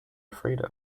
afraid